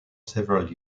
several